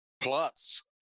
plus